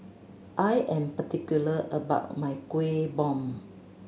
I am particular about my Kueh Bom